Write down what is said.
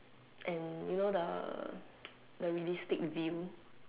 and you know the the realistic beam